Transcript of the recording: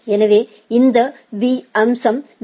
எனவே இந்த அம்சம் பி